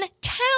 town